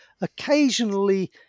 Occasionally